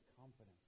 confidence